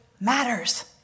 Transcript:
matters